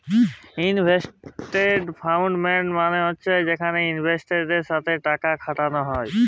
investment fund মালে হছে যেখালে ইলভেস্টারদের সাথে টাকা খাটাল হ্যয়